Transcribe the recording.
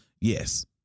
yes